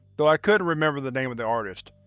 though i couldn't remember the name or the artist.